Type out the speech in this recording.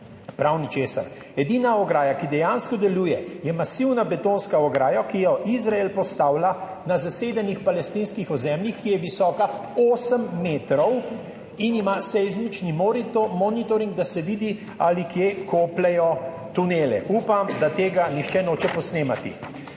prav ničesar. Edina ograja, ki dejansko deluje, je masivna betonska ograja, ki jo Izrael postavlja na zasedenih palestinskih ozemljih, ki je visoka 8 metrov in ima seizmični monitoring, da se vidi, ali kje kopljejo tunele. Upam, da tega nihče noče posnemati.